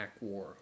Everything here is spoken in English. War